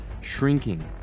shrinking